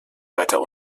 weiter